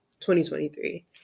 2023